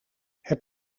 heb